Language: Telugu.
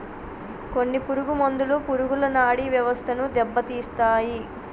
కొన్ని పురుగు మందులు పురుగుల నాడీ వ్యవస్థను దెబ్బతీస్తాయి